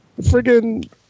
friggin